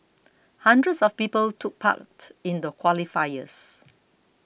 hundreds of people took part in the qualifiers